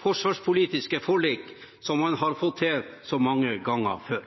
forsvarspolitiske forlik, som man har fått til så mange ganger før.